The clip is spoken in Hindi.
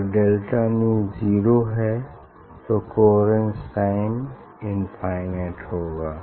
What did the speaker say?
अगर डेल्टा न्यू जीरो है तो कोहेरेन्स टाइम इन्फ़ाइनाइट होगा